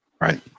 Right